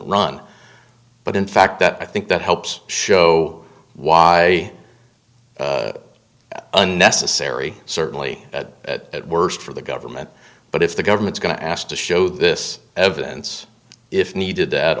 run but in fact that i think that helps show why unnecessary certainly that worst for the government but if the government's going to ask to show this evidence if needed